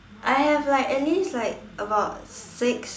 I have like at least like about six